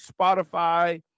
Spotify